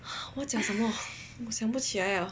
我讲什么我想不起来了